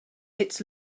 its